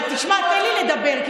אז אין בעיה.